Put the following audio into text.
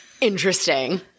Interesting